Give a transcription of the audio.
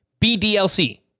BDLC